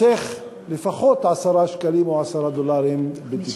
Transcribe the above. חוסך לפחות 10 שקלים או 10 דולרים בטיפול.